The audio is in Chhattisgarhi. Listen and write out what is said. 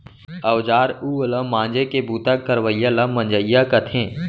औजार उव ल मांजे के बूता करवइया ल मंजइया कथें